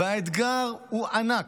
והאתגר הוא ענק.